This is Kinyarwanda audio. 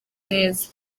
neza